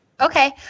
Okay